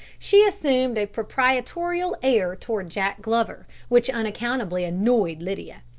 she assumed a proprietorial air toward jack glover, which unaccountably annoyed lydia.